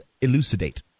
elucidate